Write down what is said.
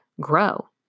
grow